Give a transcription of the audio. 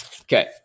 Okay